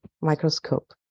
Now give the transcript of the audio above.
microscope